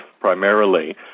primarily